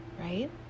right